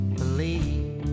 believe